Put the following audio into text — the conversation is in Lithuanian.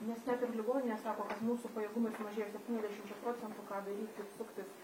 nes net ir ligoninės sako kad mūsų pajėgumai sumažėjo septyniasdešimčia procentų ką daryti suktis